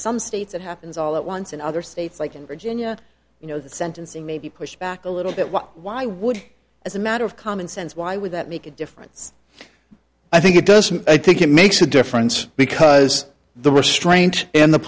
some states it happens all at once and other states like in virginia you know the sentencing may be pushed back a little bit why would as a matter of common sense why would that make a difference i think it doesn't i think it makes a difference because the restraint and the